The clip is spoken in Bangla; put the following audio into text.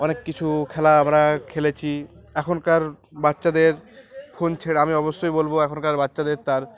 অনেক কিছু খেলা আমরা খেলেছি এখনকার বাচ্চাদের ফোন ছেড়ে আমি অবশ্যই বলবো এখনকার বাচ্চাদের তার